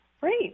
Great